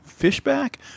Fishback